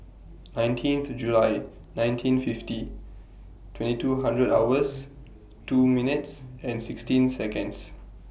nineteenth July nineteen fifty twenty two hundred hours two minutes and sixteen Seconds